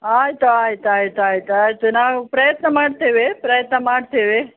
ಆಯಿತು ಆಯ್ತುಆಯ್ತುಆಯ್ತುಆಯ್ತು ನಾವು ಪ್ರಯತ್ನ ಮಾಡ್ತೇವೆ ಪ್ರಯತ್ನ ಮಾಡ್ತೇವೆ